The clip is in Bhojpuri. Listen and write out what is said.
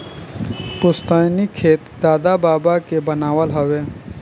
पुस्तैनी खेत दादा बाबा के बनावल हवे